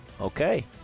Okay